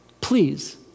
please